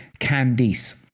Candice